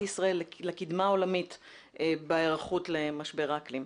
ישראל לקדמה עולמית בהיערכות למשבר האקלים.